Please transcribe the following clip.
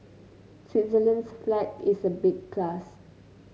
Switzerland's flag is a big plus